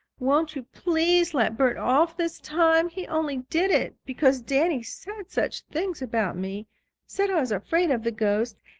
won't you please let bert off this time? he only did it because danny said such things about me said i was afraid of the ghost,